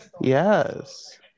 Yes